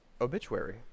obituary